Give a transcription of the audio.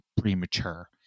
premature